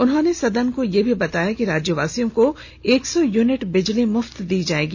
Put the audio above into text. उन्होंने सदन को यह भी बताया कि राज्यवासियों को एक सौ यूनिट बिजली मुफ्त देगी